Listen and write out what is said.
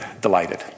delighted